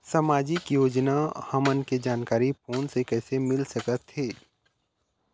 सामाजिक योजना हमन के जानकारी फोन से कइसे मिल सकत हे?